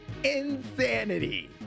insanity